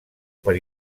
per